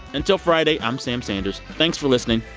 until friday. i'm sam sanders. thanks for listening.